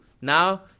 Now